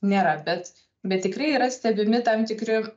nėra bet bet tikrai yra stebimi tam tikri